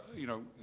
you know,